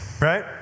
right